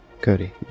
Cody